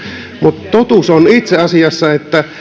mutta totuus on itse asiassa että